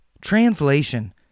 Translation